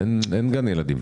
אין גני ילדים.